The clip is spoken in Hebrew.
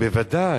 בוודאי,